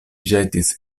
ĵetis